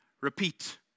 repeat